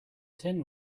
tin